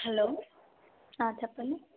hello చెప్పండి